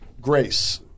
grace